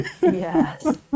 Yes